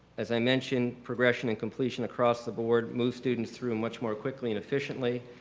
as i mentioned, progression and completion across the board moves students through much more quickly and efficiently.